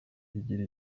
igira